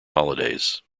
holidays